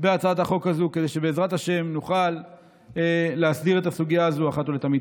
בהצעת החוק הזאת כדי שבעזרת השם נוכל להסדיר את הסוגיה הזאת אחת ולתמיד.